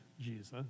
Jesus